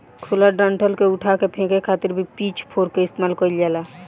खुला डंठल के उठा के फेके खातिर भी पिच फोर्क के इस्तेमाल कईल जाला